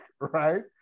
right